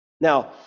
Now